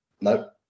No